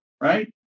right